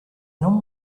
non